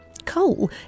coal